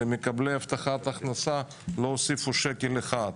למקבלי הבטחת הכנסה לא הוסיפו שקל אחד.